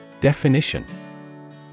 Definition